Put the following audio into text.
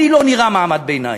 אני לא נראה מעמד ביניים.